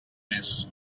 més